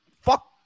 Fuck